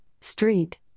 Street